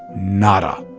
nada.